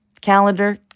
calendar